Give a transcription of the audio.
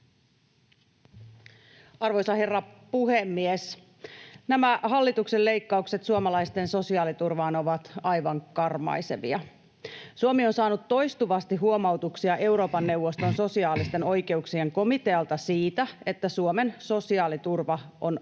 Arvoisa herra puhemies! Nämä hallituksen leikkaukset suomalaisten sosiaaliturvaan ovat aivan karmaisevia. Suomi on saanut toistuvasti huomautuksia Euroopan neuvoston sosiaalisten oikeuksien komitealta siitä, että Suomen sosiaaliturva on aivan